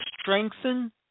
strengthen